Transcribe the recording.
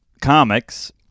comics